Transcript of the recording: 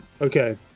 Okay